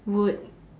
would